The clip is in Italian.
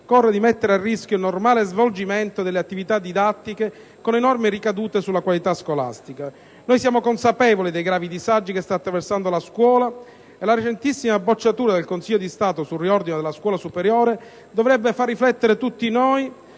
potrebbe mettere a rischio il normale svolgimento delle attività didattiche, con enormi ricadute sulla qualità scolastica. Noi siamo consapevoli dei gravi disagi che sta attraversando la scuola e la recentissima bocciatura del Consiglio di Stato sul riordino della scuola superiore dovrebbe far riflettere tutti noi